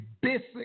basic